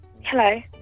Hello